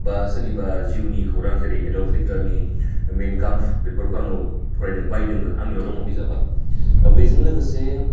बा सोरनिबा जिउनि खौरां जेरै एडल्फ हिटलारनि मेइन कामफ बेफोरखौ आङो फरायदों बायदोङो आंनियाव दोङो बिजाबा बेजों लोगोसे